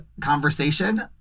Conversation